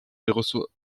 reçoit